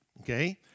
Okay